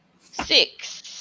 six